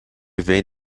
vem